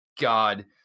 God